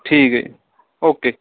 ਠੀਕ ਹੈ ਜੀ ਓਕੇ